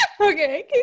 Okay